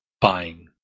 buying